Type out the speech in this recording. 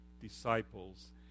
disciples